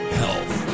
health